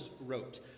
wrote